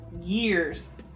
years